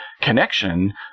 connection